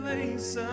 Place